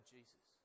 Jesus